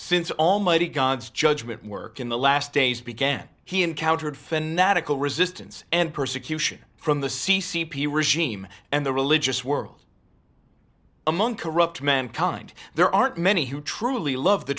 since almighty god's judgement work in the last days began he encountered fanatical resistance and persecution from the c c p regime and the religious world among corrupt mankind there aren't many who truly love the